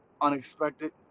unexpected